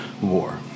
war